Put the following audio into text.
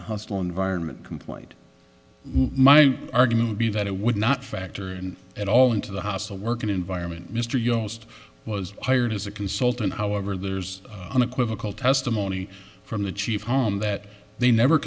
hostile environment complaint my argument would be that it would not factor in at all into the hostile work environment mr yost was hired as a consultant however there's unequivocal testimony from the chief home that they never